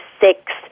six